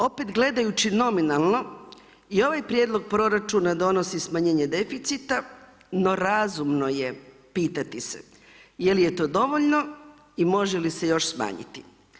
Opet gledajući nominalno i ovaj prijedlog proračuna donosi smanjenje deficita, no razumno je pitati se, je li je to dovoljno i može li se još smanjiti?